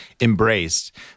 embraced